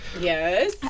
Yes